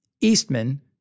Eastman